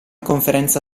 conferenza